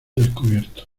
descubierto